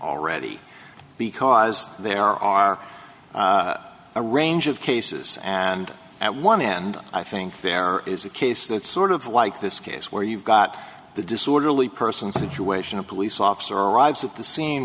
already because there are a range of cases and at one end i think there is a case that's sort of like this case where you've got the disorderly person situation a police officer arrives at the scene